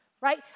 Right